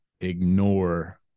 ignore